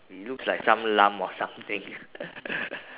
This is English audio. it looks like some lump or something